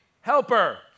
helper